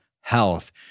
health